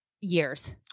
years